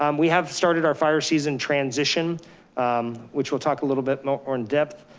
um we have started our fire season transition which we'll talk a little bit more in depth.